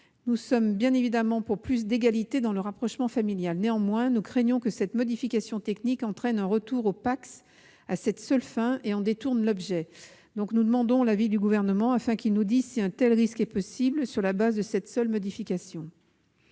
Nous sommes bien évidemment en faveur d'une plus grande égalité dans le rapprochement familial, mais nous craignons que cette modification technique n'entraîne un retour au PACS à cette seule fin et en détourne l'objet. Nous demandons l'avis du Gouvernement, qui nous dira si un tel risque est possible du fait de cette seule modification.